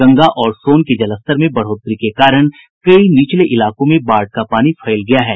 गंगा और सोन के जलस्तर में बढ़ोतरी के कारण कई निचले इलाकों में बाढ़ का पानी फैल गया है